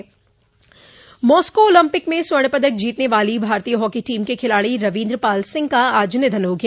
Moscow Olympic में स्वर्ण पदक जीतने वाली भारतीय हॉकी टीम के खिलाड़ी रवीन्द्र पाल सिंह का आज निधन हो गया